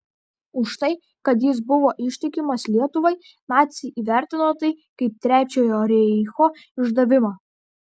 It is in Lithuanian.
už tai kad jis buvo ištikimas lietuvai naciai įvertino tai kaip trečiojo reicho išdavimą